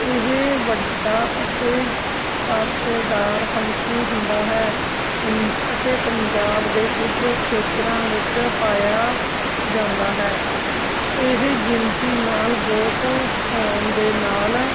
ਇਹ ਵੱਡਾ ਅਤੇ ਪਾਸੇਦਾਰ ਪੰਛੀ ਹੁੰਦਾ ਹੈ ਪੰਛੀ ਅਤੇ ਪੰਜਾਬ ਦੇ ਕੁਝ ਖੇਤਰਾਂ ਵਿੱਚ ਪਾਇਆ ਜਾਂਦਾ ਹੈ ਇਹ ਗਿਣਤੀ ਨਾਲ ਬਹੁਤ ਹੋਣ ਦੇ ਨਾਲ